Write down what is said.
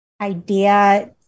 idea